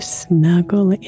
snuggle